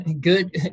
Good